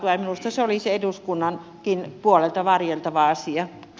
minusta se olisi eduskunnankin puolelta varjeltava asia